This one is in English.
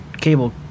cable